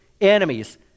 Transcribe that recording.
enemies